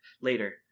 later